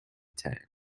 town